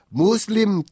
muslim